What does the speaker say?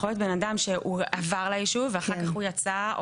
יכול להיות בן אדם שהוא עבר ליישוב ואחר כך הוא יצא.